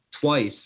twice